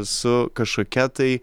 su kažkokia tai